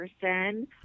person